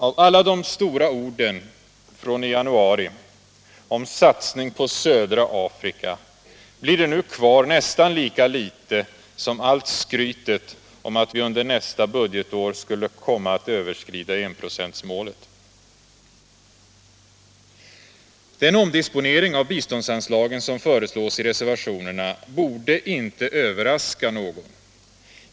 Av alla de stora orden i januari om satsning på södra Afrika blir det nu kvar nästan lika litet som av allt skrytet om att vi under nästa budgetår skulle komma att överskrida enprocentsmålet. Den omdisponering av biståndsanslagen som föreslås i reservationerna borde inte överraska någon.